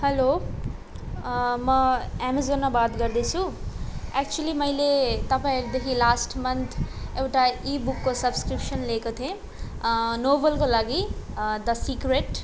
hello म एमाजनमा बात गर्दैछु एक्चुवेली मैले तपाईँहरूदेखि लास्ट मन्थ एउटा ईबुकको सब्सकृप्सन लिएको थिएँ नोभलको लागि द सिक्रेट